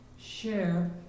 share